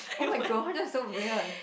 oh-my-god that's so weird